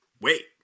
wait